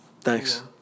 Thanks